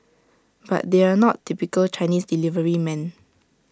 but they're not typical Chinese deliverymen